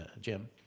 Jim